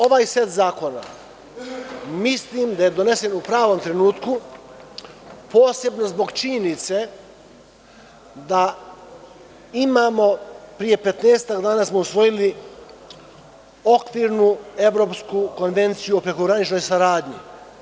Ovaj set zakona mislim da je donesen u pravom trenutku, posebno zbog činjenice da imamo, pre 15-ak dana smo usvojiliOkvirnu evropsku konvenciju o prekograničnoj saradnji.